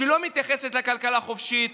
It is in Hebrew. שלא מתייחסת לכלכלה חופשית?